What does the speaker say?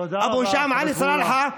אבו הישאם עלי סלאלחה,